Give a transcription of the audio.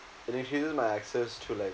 it increases my access to like